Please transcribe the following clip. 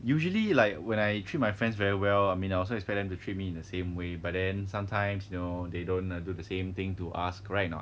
usually like when I treat my friends very well I mean I also expect them to treat me in the same way but then sometimes you know they don't do the same thing to us correct not